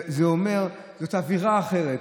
זה אומר, זאת אווירה אחרת.